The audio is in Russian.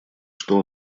что